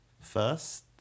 First